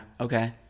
okay